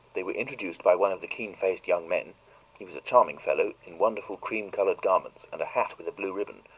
they were introduced by one of the keen-faced young men he was a charming fellow, in wonderful cream-colored garments and a hat with a blue ribbon,